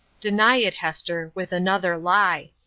deny it, hester with another lie.